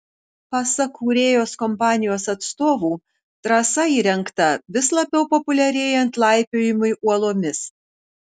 pasak kūrėjos kompanijos atstovų trasa įrengta vis labiau populiarėjant laipiojimui uolomis